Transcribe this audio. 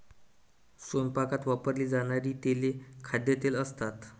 स्वयंपाकात वापरली जाणारी तेले खाद्यतेल असतात